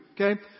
okay